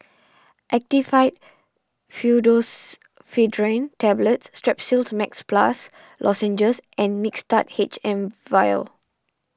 Actifed Pseudoephedrine Tablets Strepsils Max Plus Lozenges and Mixtard H M vial